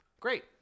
Great